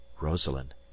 rosalind